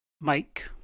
Mike